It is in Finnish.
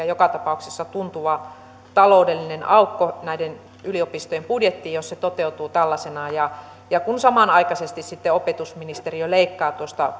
joka tapauksessa tuntuva taloudellinen aukko näiden yliopistojen budjettiin jos se toteutuu tällaisenaan kun samanaikaisesti sitten opetusministeriö leikkaa tuosta